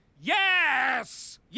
yes